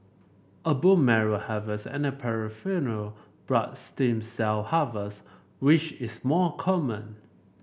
a bone marrow harvest and peripheral blood stem cell harvest which is more common